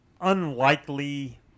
unlikely